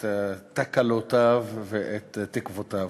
את תקלותיו ואת תקוותיו.